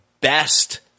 best